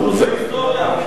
הוא נותן שיעור בהיסטוריה.